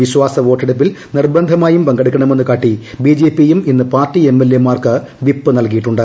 വിശ്വാസ വോട്ടെടുപ്പിൽ നിർബന്ധമായും പങ്കെടുക്കണമെന്ന് കാട്ടി ബി ജെ പി യും ഇന്ന് പാർട്ടി എം എൽ എ മാർക്ക് വിപ്പ് നൽകിയിട്ടുണ്ട്